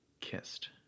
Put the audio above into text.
kissed